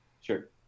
Sure